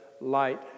light